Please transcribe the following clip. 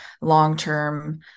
long-term